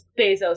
Bezos